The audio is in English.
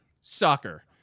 Soccer